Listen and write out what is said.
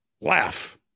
Laugh